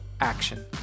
action